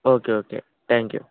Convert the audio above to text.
okay okay thank you